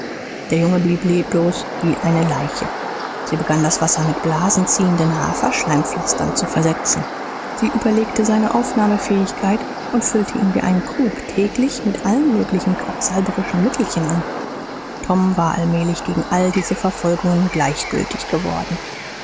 der junge blieb leblos wie eine leiche sie begann das wasser mit blasen ziehenden haferschleimpflastern zu versetzen sie überlegte seine aufnahmefähigkeit und füllte ihn wie einen krug täglich mit allen möglichen quacksalberischen mittelchen an tom war allmählich gegen all diese verfolgungen gleichgültig geworden